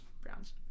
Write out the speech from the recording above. Browns